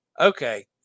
okay